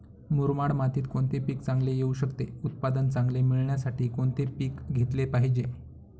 मुरमाड मातीत कोणते पीक चांगले येऊ शकते? उत्पादन चांगले मिळण्यासाठी कोणते पीक घेतले पाहिजे?